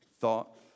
thought